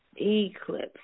eclipse